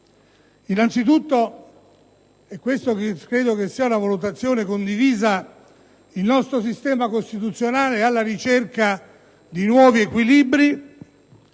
Innanzi tutto, e questa credo sia una valutazione condivisa, il nostro sistema costituzionale è alla ricerca di nuovi equilibri,